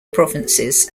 provinces